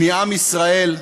מעם ישראל,